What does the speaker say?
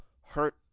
hurt